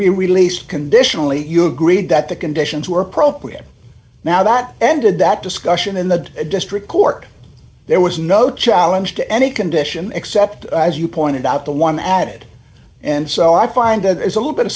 be released conditionally you agreed that the conditions were appropriate now that ended that discussion in the district court there was no challenge to any condition except as you pointed out the one added and so i find that it's a little bit of